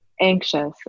anxious